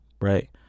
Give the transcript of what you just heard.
right